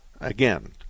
again